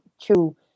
true